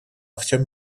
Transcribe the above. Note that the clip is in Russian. всем